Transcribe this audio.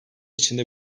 içinde